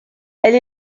elle